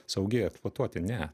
saugi eksploatuoti ne